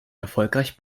erfolgreich